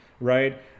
right